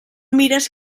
mires